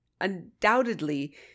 Undoubtedly